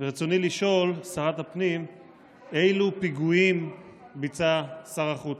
ברצוני לשאול: אילו "פיגועים" ביצע שר החוץ?